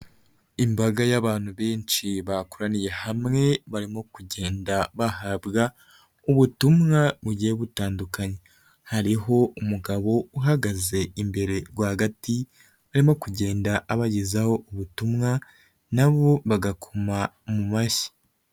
Imbaga y'abantu benshi bakoraniye hamwe barimo kugenda bahabwa ubutumwa bugiye butandukanye, hariho umugabo uhagaze imbere rwagati arimo kugenda abagezaho ubutumwa nabo bagakoma mu mashyi.